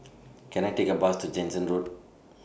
Can I Take A Bus to Jansen Road